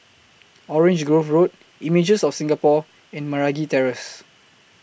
Orange Grove Road Images of Singapore and Meragi Terrace